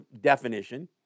definition